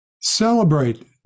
celebrate